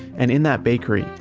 and in that bakery,